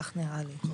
נראה לי.